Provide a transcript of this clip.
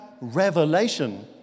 revelation